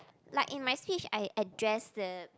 like in my speech I addressed the